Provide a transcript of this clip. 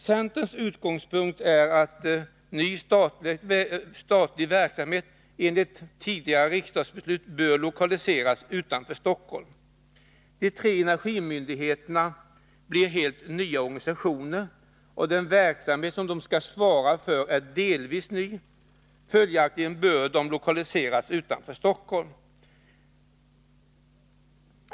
Centerns utgångspunkt är att ny statlig verksamhet enligt tidigare riksdagsbeslut bör lokaliseras utanför Stockholm. De tre energimyndigheterna blir helt nya organisationer, och den verksamhet som de skall svara för är delvis ny. Följaktligen bör de lokaliseras utanför Stockholm.